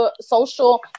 social